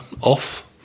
off